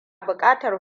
buƙatar